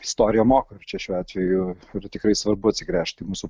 istorija moko čia šiuo atveju ir tikrai svarbu atsigręžti į mūsų